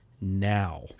now